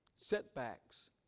setbacks